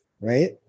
right